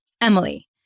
Emily